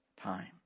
time